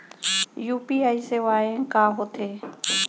UPI सेवाएं का होथे